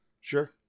Sure